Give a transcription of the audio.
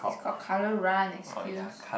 it's called Colour Run excuse